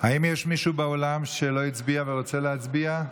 האם יש מישהו באולם שלא הצביע ורוצה להצביע?